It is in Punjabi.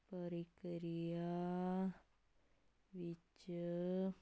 ਪ੍ਰਕਿਰਿਆ ਵਿੱਚ